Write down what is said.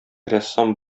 рәссам